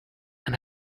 and